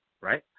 right